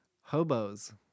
Hobos